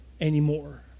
anymore